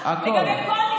הכול, הכול.